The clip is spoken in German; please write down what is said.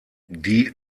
die